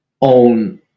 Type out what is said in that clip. own